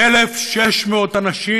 1,600 אנשים?